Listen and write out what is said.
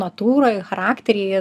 natūrą ir charakterį